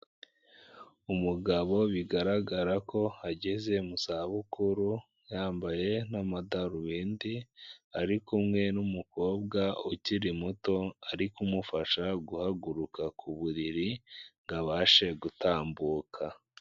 Umugabo bigaragara ko ageze mu zabukuru, yambaye n'amadarubindi, ari kumwe n'umukobwa ukiri muto, ari kumufasha guhaguruka ku buriri ngo abashe gutambuka.